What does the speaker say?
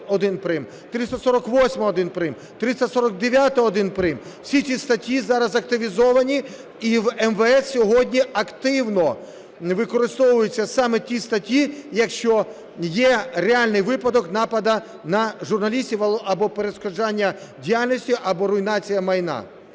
349-1 прим. Всі ці статті зараз активізовані, і в МВС сьогодні активно використовуються саме ті статті, якщо є реальний випадок нападу на журналістів, або перешкоджання діяльності, або руйнація майна.